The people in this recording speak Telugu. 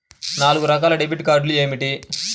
నాలుగు రకాల డెబిట్ కార్డులు ఏమిటి?